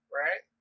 right